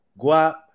guap